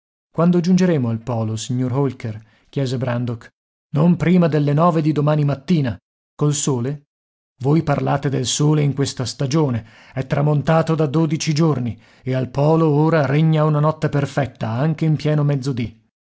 quando giungeremo al polo signor holker chiese brandok non prima delle nove di domani mattina col sole voi parlate del sole in questa stagione è tramontato da dodici giorni e al polo ora regna una notte perfetta anche in pieno mezzodì